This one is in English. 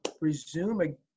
resume